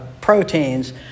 proteins